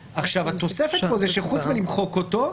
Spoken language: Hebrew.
התוספת פה היא שחוץ מלמחוק אותו,